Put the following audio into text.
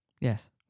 Yes